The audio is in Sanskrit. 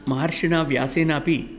महर्षिणा व्यासेनापि